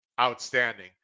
outstanding